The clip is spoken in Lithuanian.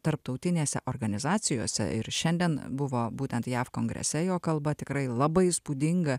tarptautinėse organizacijose ir šiandien buvo būtent jav kongrese jo kalba tikrai labai įspūdinga